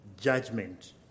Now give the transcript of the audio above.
judgment